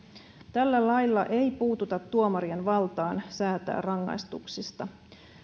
tällä lailla ei puututa tuomarien valtaan säätää rangaistuksista